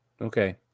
okay